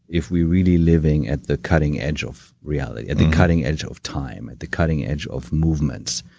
if we're really living at the cutting edge of reality, at the cutting edge of time, at the cutting edge of movements.